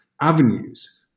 avenues